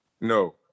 No